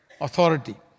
authority